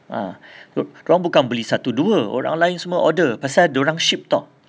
ah dorang bukan beli satu dua orang lain semua order pasal dorang ship tahu